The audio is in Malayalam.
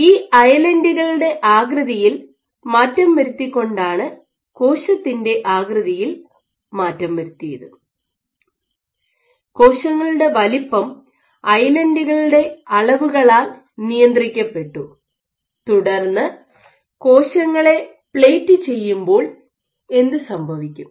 ഈ ഐലൻഡുകളുടെ ആകൃതിയിൽ മാറ്റം വരുത്തിക്കൊണ്ടാണ് കോശത്തിൻ്റെ ആകൃതിയിൽ മാറ്റം വരുത്തിയത് കോശങ്ങളുടെ വലുപ്പം ഐലൻഡുകളുടെ അളവുകളാൽ നിയന്ത്രിക്കപ്പെട്ടു തുടർന്ന് കോശങ്ങളെ പ്ലേറ്റ് ചെയ്യുമ്പോൾ എന്ത് സംഭവിക്കും